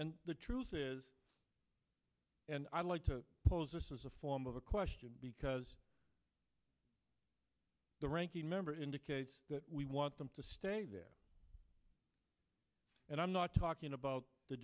and the truth is and i'd like to pose this is a form of a question because the ranking member indicates that we want them to stay there and i'm not talking about the